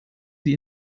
sie